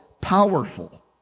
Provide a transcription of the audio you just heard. powerful